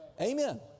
Amen